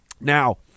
Now